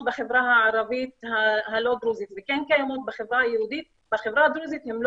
של החברה הדרוזית והבדואית מתוקצבות גם